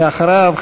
ואחריו,